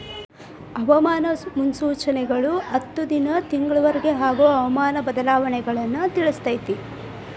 ಹವಾಮಾನ ಮುನ್ಸೂಚನೆಗಳು ಹತ್ತು ದಿನಾ ತಿಂಗಳ ವರಿಗೆ ಆಗುವ ಹವಾಮಾನ ಬದಲಾವಣೆಯನ್ನಾ ತಿಳ್ಸಿತೈತಿ